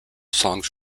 songs